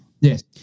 Yes